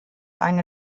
eine